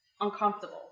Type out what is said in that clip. uncomfortable